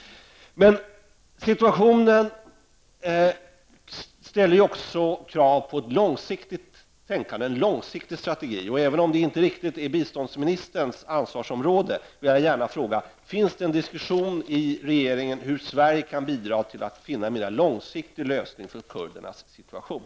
Situationen ställer också krav på ett långsiktigt tänkande och en långsiktig strategi. Även om det inte riktigt är biståndsministerns ansvarsområde vill jag gärna fråga: Finns det en diskussion i regeringen om hur Sverige kan bidra till att finna en mer långsiktig lösning för kurdernas situation?